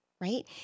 right